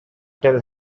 tell